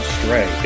Stray